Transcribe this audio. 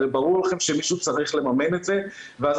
הרי ברור לכם שמישהו צריך לממן את זה ואז